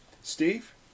Steve